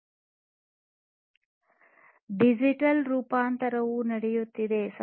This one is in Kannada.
ಈ ಡಿಜಿಟಲ್ ರೂಪಾಂತರವು ನಡೆಯುತ್ತಿದೆ